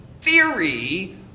theory